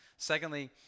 Secondly